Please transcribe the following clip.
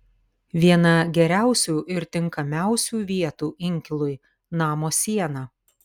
viena geriausių ir tinkamiausių vietų inkilui namo siena